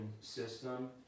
system